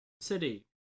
City